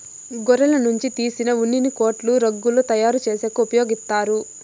గొర్రెల నుంచి తీసిన ఉన్నిని కోట్లు, రగ్గులు తయారు చేసేకి ఉపయోగిత్తారు